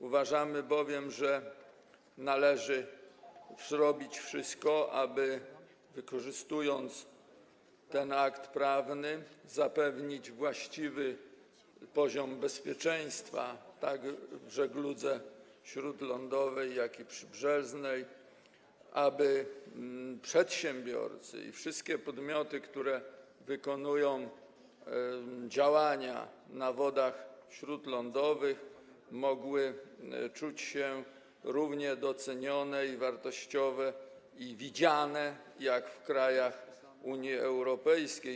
Uważamy bowiem, że należy zrobić wszystko, aby wykorzystując ten akt prawny, zapewnić właściwy poziom bezpieczeństwa zarówno żegludze śródlądowej, jak i przybrzeżnej, aby i przedsiębiorcy, i wszystkie podmioty, które wykonują działania na wodach śródlądowych, mogli czuć się równie docenieni, wartościowi i widziani jak w krajach Unii Europejskiej.